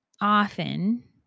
Often